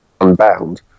Unbound